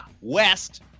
West